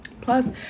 Plus